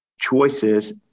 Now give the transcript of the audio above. choices